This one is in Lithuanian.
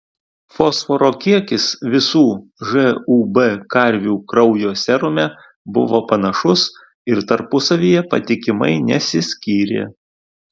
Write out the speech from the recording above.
fosforo kiekis visų žūb karvių kraujo serume buvo panašus ir tarpusavyje patikimai nesiskyrė